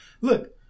look